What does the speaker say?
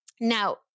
Now